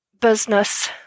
business